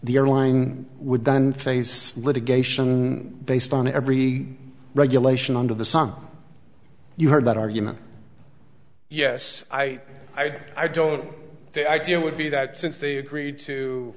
the airline would then face litigation based on every regulation under the sun you heard that argument yes i i don't know the idea would be that since they agreed to